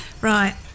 right